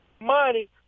money